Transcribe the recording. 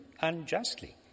unjustly